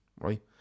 right